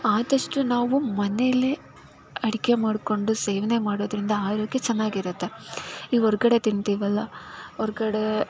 ಆದಷ್ಟು ನಾವು ಮನೆಯಲ್ಲೇ ಅಡುಗೆ ಮಾಡಿಕೊಂಡು ಸೇವನೆ ಮಾಡೋದರಿಂದ ಆರೋಗ್ಯ ಚೆನ್ನಾಗಿರುತ್ತೆ ಈಗ ಹೊರ್ಗಡೆ ತಿಂತೀವಲ್ಲ ಹೊರ್ಗಡೆ